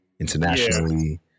internationally